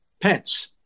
Pence